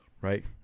right